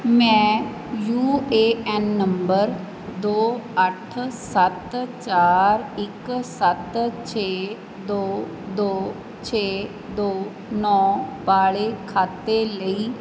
ਮੈਂ U A N number ਦੋ ਅੱਠ ਸੱਤ ਚਾਰ ਇੱਕ ਸੱਤ ਛੇ ਦੋ ਦੋ ਛੇ ਦੋ ਨੌਂ ਵਾਲੇ ਖਾਤੇ ਲਈ